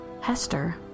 Hester